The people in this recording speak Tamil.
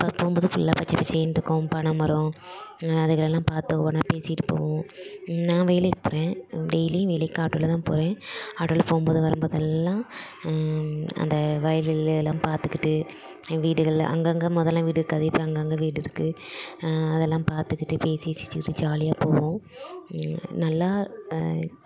அப்போ போகும் போது ஃபுல்லாக பச்சை பசேல்ன்னு இருக்கும் பனை மரம் அதெலலாம் பார்த்த ஒன்றா பேசிகிட்டு போவோம் நான் வேலைக்கி போகிறேன் டெய்லியும் வேலைக்கி ஆட்டோடவில் தான் போவேன் ஆட்டோவில் போகும் போது வரும் போதெல்லாம் அந்த வயல்கள் எல்லாம் பார்த்துகிட்டு வீடுகளில் அங்கங்கே மொதலில் வீடு இருக்காது இப்போ அங்கங்கே வீடு இருக்குது அதெல்லாம் பார்த்துகிட்டு பேசி சிரிச்சுகிட்டு ஜாலியாக போவோம் நல்லா